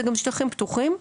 זה גם שטחים פתוחים,